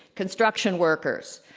construction workers,